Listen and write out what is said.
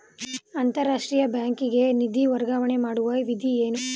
ಅಂತಾರಾಷ್ಟ್ರೀಯ ಬ್ಯಾಂಕಿಗೆ ನಿಧಿ ವರ್ಗಾವಣೆ ಮಾಡುವ ವಿಧಿ ಏನು?